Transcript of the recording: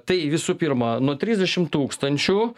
tai visų pirma nuo trisdešim tūkstančių